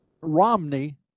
Romney